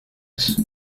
ist